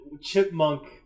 chipmunk